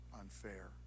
unfair